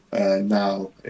now